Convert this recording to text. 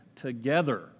together